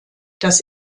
das